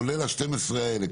כולל ה-12 מיליון האלה?